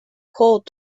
called